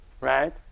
right